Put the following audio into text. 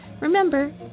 Remember